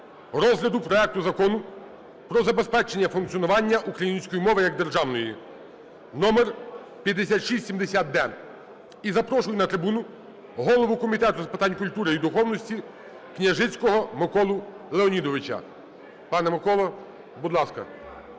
розгляду проекту Закону про забезпечення функціонування української мови як державної (№5670-д). І запрошую на трибуну голову Комітету з питань культури і духовності Княжицького Миколу Леонідовича. Пане Миколо, будь ласка.